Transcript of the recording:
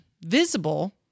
visible